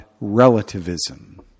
relativism